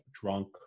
drunk